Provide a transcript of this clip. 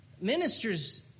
ministers